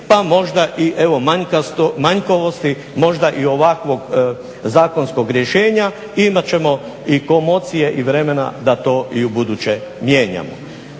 pa možda i evo manjkavosti, možda i ovakvog zakonskog rješenja. Imat ćemo i komocije i vremena da to i u buduće mijenjamo.